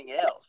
else